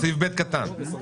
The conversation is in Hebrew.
סעיף קטן (ב).